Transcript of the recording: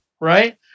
Right